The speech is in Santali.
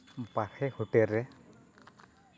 ᱵᱟᱦᱨᱮ ᱦᱳᱴᱮᱞ ᱨᱮ